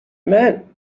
meant